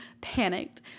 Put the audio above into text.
panicked